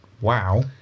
Wow